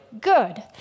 Good